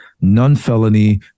non-felony